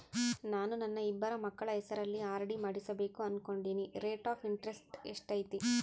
ನಾನು ನನ್ನ ಇಬ್ಬರು ಮಕ್ಕಳ ಹೆಸರಲ್ಲಿ ಆರ್.ಡಿ ಮಾಡಿಸಬೇಕು ಅನುಕೊಂಡಿನಿ ರೇಟ್ ಆಫ್ ಇಂಟರೆಸ್ಟ್ ಎಷ್ಟೈತಿ?